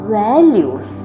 values